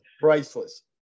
priceless